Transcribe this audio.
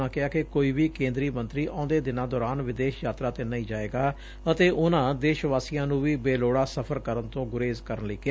ਉਨ੍ਹਾਂ ਕਿਹਾ ਕਿ ਕੋਈ ਵੀ ਕੇਂਦਰੀ ਮੰਤਰੀ ਆਉਂਦੇ ਦਿਨਾਂ ਦੌਰਾਨ ਵਿਦੇਸ਼ ਯਾਤਰਾ 'ਤੇ ਨਹੀ ਜਾਏਗਾ ਅਤੇ ਉਨਾਂ ਦੇਸ਼ ਵਾਸੀਆਂ ਨੰ ਵੀ ਬੇਲੋਤਾ ਸਫਰ ਕਰਨ ਤੇ ਗੁਰੇਜ ਕਰਨ ਲਈ ਕਿਹਾ